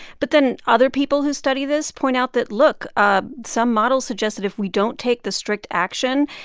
but then other people who study this point out that, look, ah some models suggest that if we don't take the strict action,